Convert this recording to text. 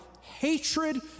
hatred